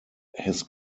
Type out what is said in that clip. his